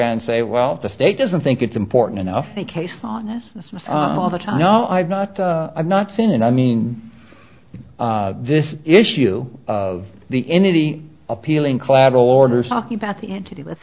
and say well the state doesn't think it's important enough the case on this all the time no i've not i've not seen and i mean this issue of the entity appealing collateral orders talking about the entity